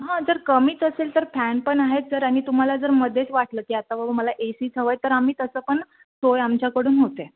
हां जर कमीच असेल तर फॅन पण आहेत सर आणि तुम्हाला जर मध्येच वाटलं की आता बाबा मला ए सीच हवा आहे तर आम्ही तसं पण सोय आमच्याकडून होते